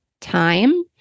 time